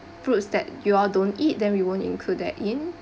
fruits that you all don't eat then we won't include that in